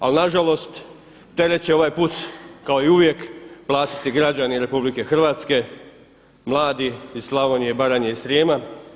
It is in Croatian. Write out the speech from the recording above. Ali nažalost teret će ovaj put kao i uvijek platiti građani RH, mladi iz Slavonije i Baranje i Srijema.